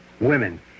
Women